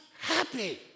happy